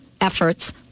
efforts